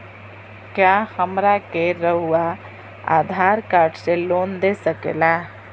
क्या हमरा के रहुआ आधार कार्ड से लोन दे सकेला?